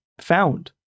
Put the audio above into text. found